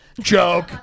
joke